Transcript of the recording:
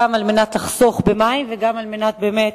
גם על מנת לחסוך במים וגם על מנת באמת